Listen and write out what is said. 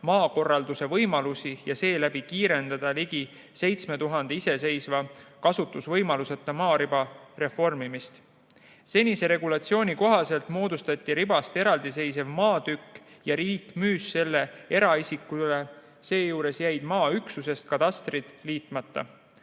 maakorralduse võimalusi ja seeläbi kiirendada ligi 7000 iseseisva kasutusvõimaluseta maariba reformimist. Senise regulatsiooni kohaselt moodustati ribast eraldi seisev maatükk ja riik müüs selle eraisikule. Seejuures jäid maaüksuses katastrid liitmata.